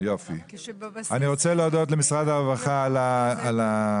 אני רוצה להודות למשרד הרווחה על הסקירה.